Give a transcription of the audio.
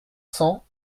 cents